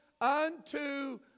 unto